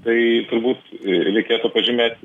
tai turbūt reikėtų pažymėt